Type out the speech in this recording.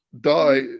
die